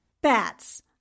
Bats